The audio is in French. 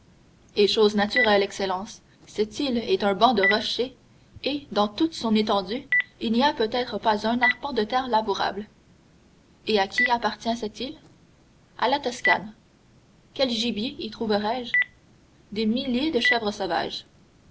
et chose naturelle excellence cette île est un banc de rochers et dans toute son étendue il n'y a peut-être pas un arpent de terre labourable et à qui appartient cette île à la toscane quel gibier y trouverai-je des milliers de chèvres sauvages